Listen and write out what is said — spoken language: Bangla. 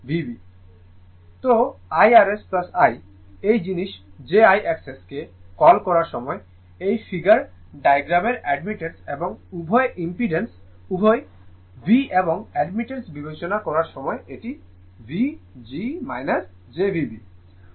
সুতরাং Irs I এই জিনিস jIXS কে কল করার সময় এই ফিগার ডায়াগ্রামের অ্যাডমিটেন্স এবং উভয় ইমপেন্ডেন্স উভয়ই V এবং অ্যাডমিটেন্সর বিবেচনা করার সময় এটি V g jVb উভয়ই দেখানো হয়েছে